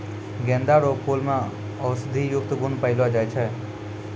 गेंदा रो फूल मे औषधियुक्त गुण पयलो जाय छै